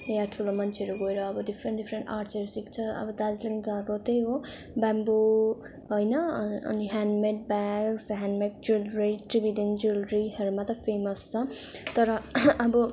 या ठुलो मान्छेहरू गएर अब डिफ्रेन्ट डिफ्रेन्ट आर्टहरू सिक्छ अब दार्जिलिङ त अब त्यही हो बेम्बो होइन अनि ह्यान्डमेड ब्याग्स् ह्यान्डमेड ज्वेलरी चुविडिङ ज्वेलरीहरूमा त फेमस छ तर अब